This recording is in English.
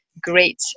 great